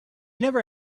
never